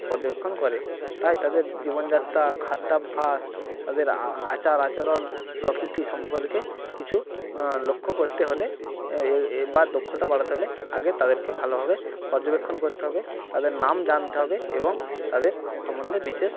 পর্যবেক্ষণ করে তাই তাদের জীবনযাত্রা খাদ্যাভাস তাদের আচার আচরণ প্রকৃতি সম্পর্কে কিছু লক্ষ্য করতে হলে বা দক্ষতা বাড়াতে হলে আগে তাদেরকে ভালোভাবে পর্যবেক্ষণ করতে হবে তাদের নাম জানতে হবে এবং তাদের সম্বন্ধে বিশেষ